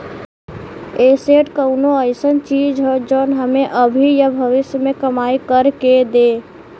asset कउनो अइसन चीज हौ जौन हमें अभी या भविष्य में कमाई कर के दे